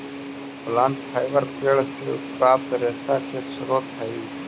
plant fibre पेड़ से प्राप्त रेशा के स्रोत हई